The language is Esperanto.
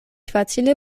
facile